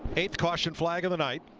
eighth caution flag of the night.